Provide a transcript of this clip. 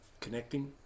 Connecting